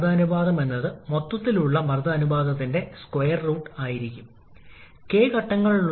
അവിടെ നിന്ന് നമുക്ക് എങ്ങനെ പി 2 ലഭിക്കും അതിനാൽ P2 8